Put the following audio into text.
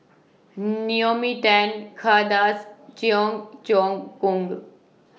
Naomi Tan Kay Das Cheong Choong Kong